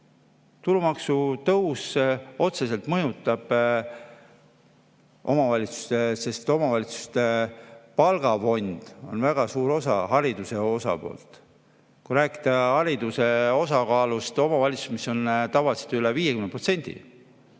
Tulumaksu tõus otseselt mõjutab omavalitsusi, sest omavalitsuste palgafondis on väga suur osa haridusel. Kui rääkida haridus[kulude] osakaalust omavalitsustes, siis see on tavaliselt üle 50%